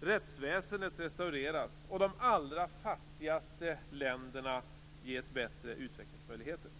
Rättsväsendet restaureras, och de allra fattigaste länderna ges bättre utvecklingsmöjligheter.